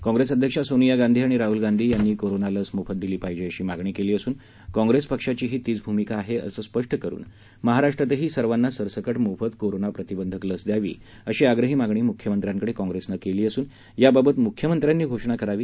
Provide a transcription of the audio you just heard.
काँप्रेस अध्यक्षा सोनिया गांधी आणि राहूल गांधी यांनी कोरोना लस मोफत दिली पाहिजे अशी मागणी केली असून काँग्रेस पक्षाचीही तीच भूमिका आहे असं स्पष्ट करून महाराष्ट्रातही सर्वांना सरसकट मोफत कोरोना प्रतिबंधक लस द्यावी अशी आग्रही मागणी मुख्यमंत्र्यांकडे कॉंप्रेसनं केली असून याबाबत मुख्यमंत्र्यांनी घोषणा करावी